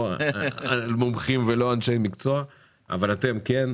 לא מומחים ולא אנשי מקצוע אבל אתם כן,